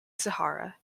sahara